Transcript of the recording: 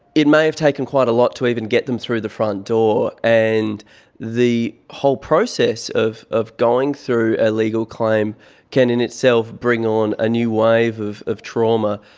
it may have taken quite a lot to even get them through the front door, and the whole process of of going through a legal claim can in itself bring on a new wave of of trauma.